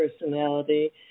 personality